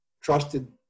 trusted